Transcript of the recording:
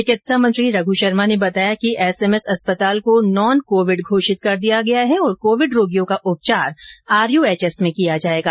चिकित्सा मंत्री रघ् शर्मा ने बताया कि एसएमएस अस्पताल को नॉन कोविड घोषित कर दिया गया है और कोविड रोगियों का उपचार आरयूएचएस में किया जायेगा